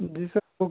जी sir वो